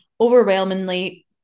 overwhelmingly